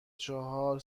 چهار